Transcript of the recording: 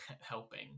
helping